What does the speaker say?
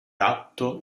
atto